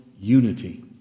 unity